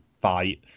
fight